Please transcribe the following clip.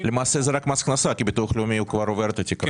למעשה זה רק מס הכנסה כי בביטוח לאומי הוא כבר עובר את התקרה?